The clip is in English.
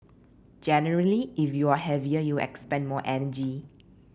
generally if you're heavier you'll expend more energy